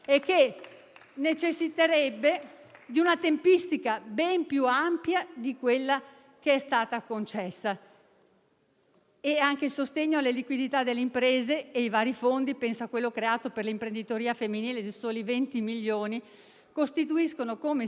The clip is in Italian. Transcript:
necessiterebbe di una tempistica ben più ampia di quella che è stata concessa. Anche il sostegno alla liquidità delle imprese e i vari fondi - penso a quello creato per l'imprenditoria femminile di soli 20 milioni - costituiscono, come sempre,